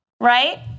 Right